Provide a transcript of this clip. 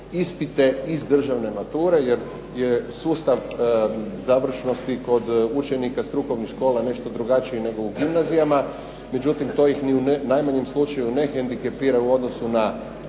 ispite iz državne mature, jer je sustav završnosti kod učenika strukovnih škola nešto drugačiji nego u gimnazijama. Međutim to ih ni u najmanjem slučaju ne hendikepira u odnosu na